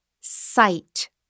sight